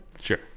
Sure